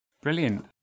Brilliant